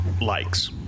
Likes